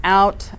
out